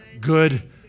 good